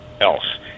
else